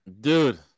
Dude